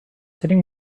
sitting